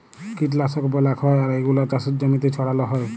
কীটলাশক ব্যলাক হ্যয় আর এগুলা চাসের জমিতে ছড়াল হ্য়য়